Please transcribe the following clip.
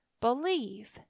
Believe